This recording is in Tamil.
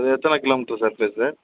இது எத்தனை கிலோ மீட்ரு சர்ஃபேஸ் சார்